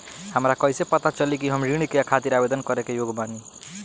हमरा कइसे पता चली कि हम ऋण के खातिर आवेदन करे के योग्य बानी?